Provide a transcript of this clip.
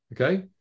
Okay